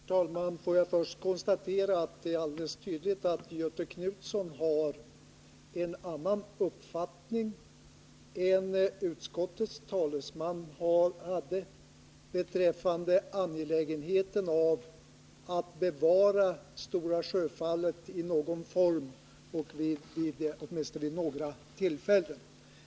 Herr talman! Får jag först konstatera att det är alldeles tydligt att Göthe Knutson har en annan uppfattning än utskottets talesman beträffande angelägenheten av att bevara Stora Sjöfallet i någon form, åtminstone vid några tillfällen.